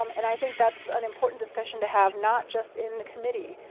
um and i think that's an important discussion to have, not just in the committee,